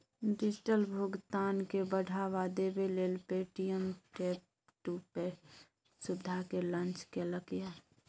digital भुगतान केँ बढ़ावा देबै लेल पे.टी.एम टैप टू पे सुविधा केँ लॉन्च केलक ये